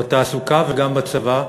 בתעסוקה וגם בצבא,